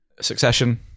Succession